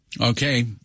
Okay